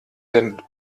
denn